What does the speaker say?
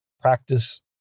Practice